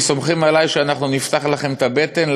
אם סומכים עלי שנפתח לכם את הבטן,